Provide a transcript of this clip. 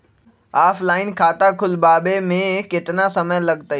Offline खाता खुलबाबे में केतना समय लगतई?